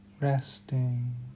resting